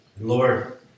lord